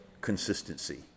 Consistency